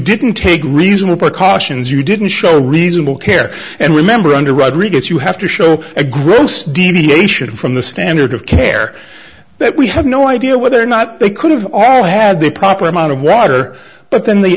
didn't take reasonable precautions you didn't show reasonable care and remember under rodriguez you have to show a gross deviation from the standard of care that we have no idea whether or not they could have they had the proper amount of water but then the